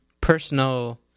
personal